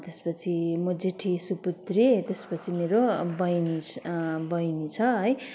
त्यसपछि म जेठी सुपुत्री त्यसपछि मेरो बहिनी छ बहिनी छ है